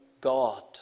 God